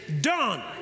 done